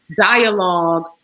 dialogue